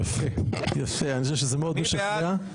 יפה, אני חושב שזה מאוד משכנע.